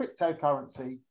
cryptocurrency